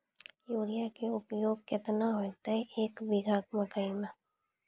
Urea के उपयोग केतना होइतै, एक बीघा मकई मे?